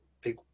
big